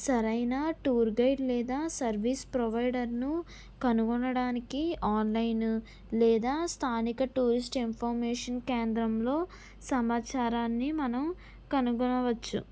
సరైన tour guide లేదా service provider ను కనుగొనడానికి ఆన్లైన్ లేదా స్థానిక టూరిస్ట్ ఇన్ఫర్మేషన్ కేంద్రంలో సమాచారాన్ని మనం కనుగొనవచ్చు